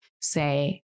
say